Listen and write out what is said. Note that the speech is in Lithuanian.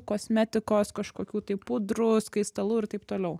kosmetikos kažkokių tai pudrų skaistalų ir taip toliau